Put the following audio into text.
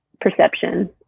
perception